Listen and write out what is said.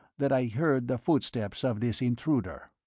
that i heard the footsteps of this intruder.